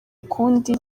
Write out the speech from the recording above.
ukundi